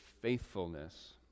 faithfulness